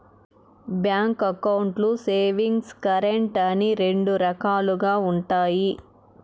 bank అకౌంట్లు savings, current అని రెండు రకాలుగా ఉంటాయి